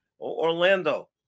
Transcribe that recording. Orlando